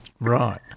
Right